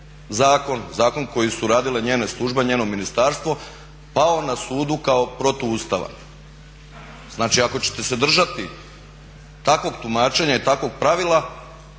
zakon koji su radile njene službe, njeno ministarstvo pao na sudu kao protuustavan. Znači, ako ćete se držati takvog tumačenja i takvog pravila